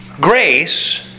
Grace